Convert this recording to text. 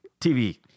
TV